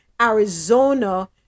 Arizona